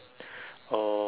uh